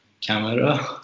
camera